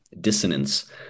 dissonance